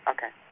Okay